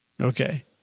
Okay